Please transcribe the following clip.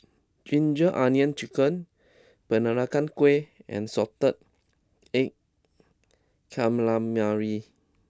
Ginger Onions Chicken Peranakan Kueh and Salted Egg Calamari